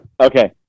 okay